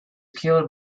killed